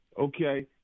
Okay